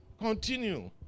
continue